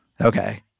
Okay